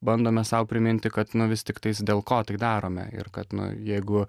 bandome sau priminti kad nu vis tiktais dėl ko tai darome ir kad nu jeigu